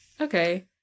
Okay